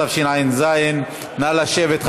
התשע"ז 2017. נא לשבת.